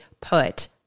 put